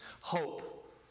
Hope